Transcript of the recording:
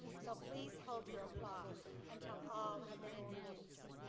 so please hold your applause until all have been introduced.